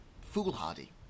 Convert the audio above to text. foolhardy